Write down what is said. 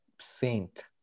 saint